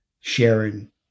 sharing